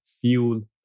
fuel